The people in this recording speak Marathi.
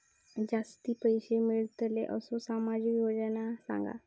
जास्ती पैशे मिळतील असो सामाजिक योजना सांगा?